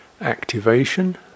activation